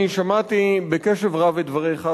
אני שמעתי בקשב רב את דבריך,